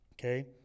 okay